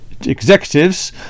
executives